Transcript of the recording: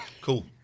Cool